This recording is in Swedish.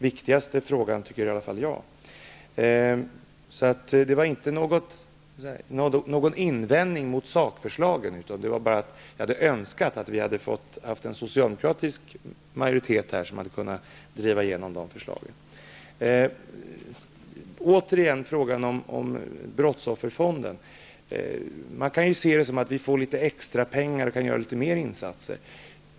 Vad jag sade var alltså inte någon invändning mot sakförslaget, men jag hade önskat att vi här hade haft en socialdemokratisk majoritet som hade kunnat driva igenom förslagen. Återigen något om frågan om brottsofferfonden. Man kan se det som att vi på det här viset får litet extra pengar och kan göra litet mer insatser.